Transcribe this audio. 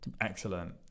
Excellent